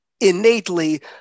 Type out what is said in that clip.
innately